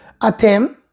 Atem